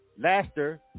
Laster